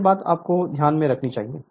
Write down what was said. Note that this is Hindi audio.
यह बात आपको ध्यान में रखनी चाहिए